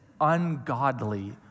ungodly